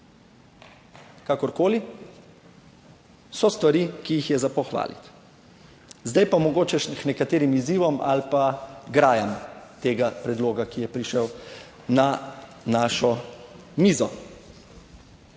Kakorkoli, so stvari, ki jih je za pohvaliti. Zdaj pa mogoče še k nekaterim izzivom ali pa grajam tega predloga, ki je prišel na našo mizo.